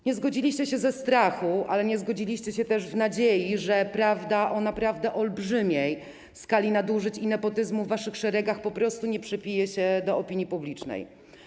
Nie zgodziliście się ze strachu, ale nie zgodziliście się też w nadziei, że prawda o olbrzymiej skali nadużyć i nepotyzmu w waszych szeregach po prostu nie przebije się do opinii publicznej.